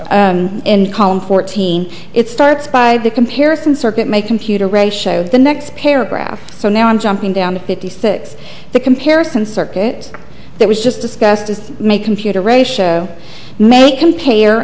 gray and column fourteen it starts by the comparison circuit make computer ratio the next paragraph so now i'm jumping down the fifty six the comparison circuit that was just discussed is to make computer ratio may compare